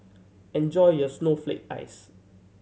enjoy your snowflake ice